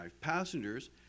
passengers